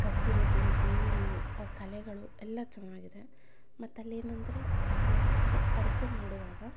ಕಟ್ಟಿರೋದು ದೇವರು ಆ ಕಲೆಗಳು ಎಲ್ಲ ಚೆನ್ನಾಗಿದೆ ಮತ್ತಲ್ಲಿ ಏನೆಂದ್ರೆ ಅದೇ ಪರಿಷೆ ಮಾಡೋವಾಗ